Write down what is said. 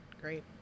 Great